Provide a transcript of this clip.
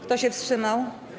Kto się wstrzymał?